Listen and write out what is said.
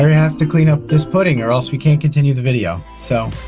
i really have to clean up this pudding or else we can't continue the video. so,